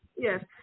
Yes